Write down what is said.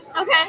Okay